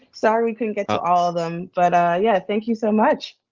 sorry we couldn't get to all of them. but ah yeah, thank you so much.